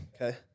Okay